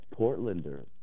Portlanders